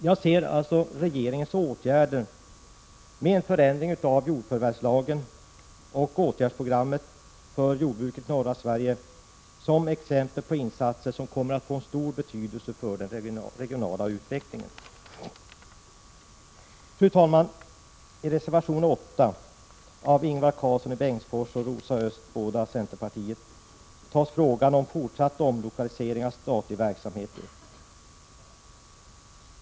Jag ser alltså regeringens åtgärder med en förändring av jordförvärvslagen och åtgärdsprogrammet för jordbruket i norra Sverige som exempel på insatser som kommer att få stor betydelse för den regionala utvecklingen. Fru talman! I reservation 8 av Ingvar Karlsson i Bengtsfors och Rosa Östh, båda centern, tas frågan om fortsatt omlokalisering av statlig verksamhet upp.